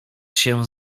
się